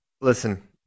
Listen